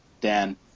Dan